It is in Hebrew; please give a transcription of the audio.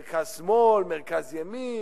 מרכז-שמאל, מרכז-ימין,